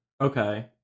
okay